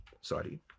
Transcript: Sorry